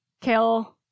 kill